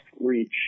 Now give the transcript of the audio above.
reach